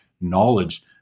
knowledge